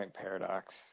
Paradox